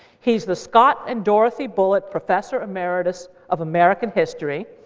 he's the scott and dorothy bullitt professor emeritus of american history.